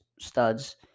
studs